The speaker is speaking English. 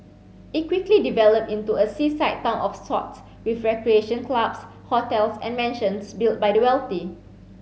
it quickly developed into a seaside town of sorts with recreation clubs hotels and mansions built by the wealthy